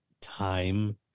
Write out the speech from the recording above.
time